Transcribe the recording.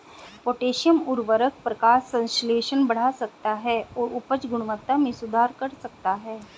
potassium उवर्रक प्रकाश संश्लेषण बढ़ा सकता है और उपज गुणवत्ता में सुधार कर सकता है